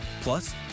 Plus